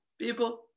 people